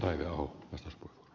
arvoisa puhemies